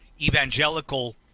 evangelical